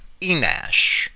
Enash